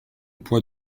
pois